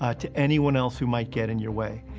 ah to anyone else who might get in your way.